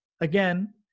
again